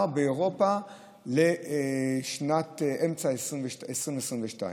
באירופה מדובר על אמצע שנת 2022,